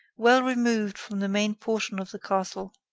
well removed from the main portion of the castle.